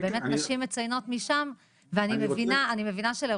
שבאמת נשים שם מציינות ואני מבינה שלרופא,